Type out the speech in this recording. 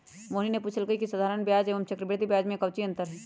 मोहिनी ने पूछल कई की साधारण ब्याज एवं चक्रवृद्धि ब्याज में काऊची अंतर हई?